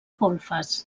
golfes